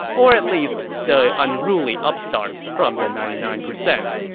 or at least, the unruly upstarts from the ninety nine percent.